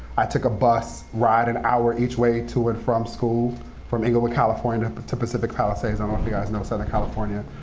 i took a bus ride an hour each way to and from school from inglewood, california but to pacific palisades. i don't know if you guys know southern california,